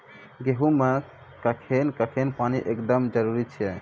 गेहूँ मे कखेन कखेन पानी एकदमें जरुरी छैय?